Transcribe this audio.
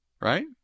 Right